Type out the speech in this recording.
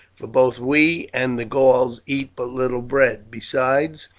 for both we and the gauls eat but little bread besides,